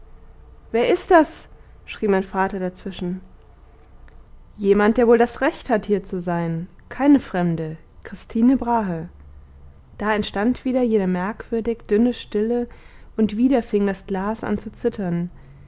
wer ist das schrie mein vater dazwischen jemand der wohl das recht hat hier zu sein keine fremde christine brahe da entstand wieder jene merkwürdig dünne stille und wieder fing das glas an zu zittern